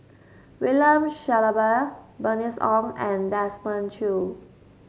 William Shellabear Bernice Ong and Desmond Choo